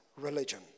religion